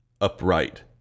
upright